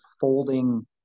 folding